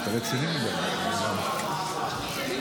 ידעת את זה?